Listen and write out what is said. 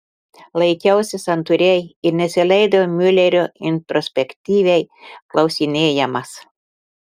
laikiausi santūriai ir nesileidau miulerio introspektyviai klausinėjamas